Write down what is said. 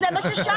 אז זה מה ששאלתי.